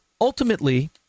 Ultimately